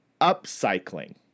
upcycling